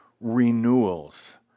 renewals